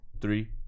Three